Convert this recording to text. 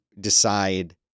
decide